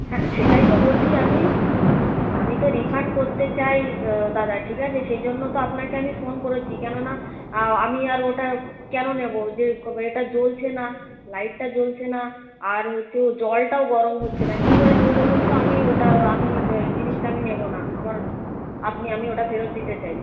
হ্যাঁ সেটাই তো বলছি আমি আমি তো রিফান্ড করতে চাই দাদা ঠিক আছে সে জন্য তো আপনাকে আমি ফোন করেছি কেন না আমি আর ওটা কেন নেবো যে ওইটা জ্বলছে না লাইটটা জ্বলছে না আর হচ্ছে জলটাও গরম হচ্ছে না কী করে নেবো বলুন তো আমি ওটা আমি জিনিসটা আমি নেবো না আমার আপনি আমি ওটা ফেরত দিতে চাই